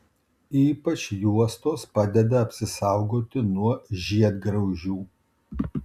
ypač juostos padeda apsisaugoti nuo žiedgraužių